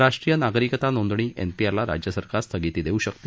राष्ट्रीय नागरिकता नोंदणी एनपीआरला राज्य सरकार स्थगिती देऊ शकते